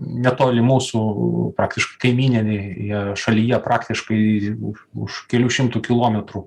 netoli mūsų praktiškai kaimyninėje šalyje praktiškai už kelių šimtų kilometrų